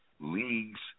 leagues